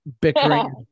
bickering